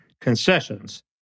concessions